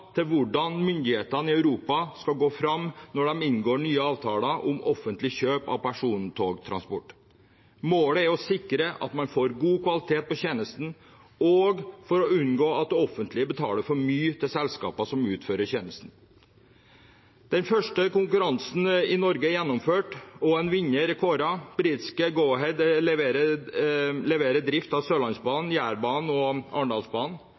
til hvordan myndighetene i Europa skal gå fram når de inngår nye avtaler om offentlig kjøp av persontogtransport. Målet er å sikre at man får god kvalitet på tjenesten og unngå at det offentlige betaler for mye til selskaper som utfører tjenesten. Den første konkurransen i Norge er gjennomført, og en vinner er kåret. Britiske Go-Ahead leverer drift av Sørlandsbanen, Jærbanen og Arendalsbanen.